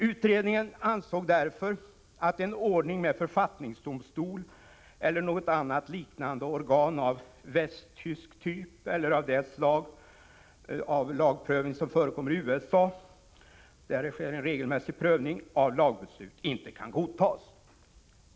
Utredningen ansåg därför att en ordning med författningsdomstol eller något liknande organ av västtysk typ eller med det slag av lagprövning som förekommer i USA, där det sker regelmässig prövning av lagbeslut, inte kan godtas.